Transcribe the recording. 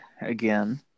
again